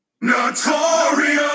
Notorious